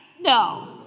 No